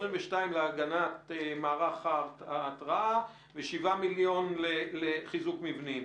22 מיליון למערך ההתרעה ו-7 מיליון לחיזוק מבנים,